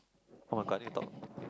[oh]-my-god need to talk